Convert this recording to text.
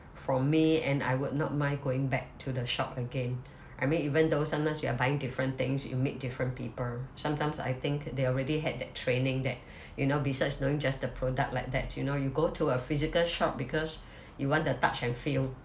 from me and I would not mind going back to the shop again I may even though sometimes you are buying different things you meet different people sometimes I think they already had that training that you know besides knowing just the product like that you know you go to a physical shop because you want to touch and feel